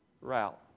route